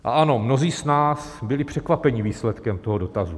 A ano, mnozí z nás byli překvapeni výsledkem toho dotazu.